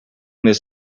this